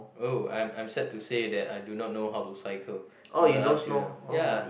oh I'm I'm sad to say that I do not know how to cycle even up till now ya